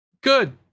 good